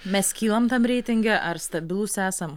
mes kylam tam reitinge ar stabilūs esam